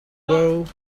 world